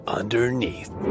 underneath